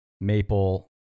maple